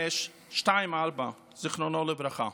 8524, זיכרונו לברכה.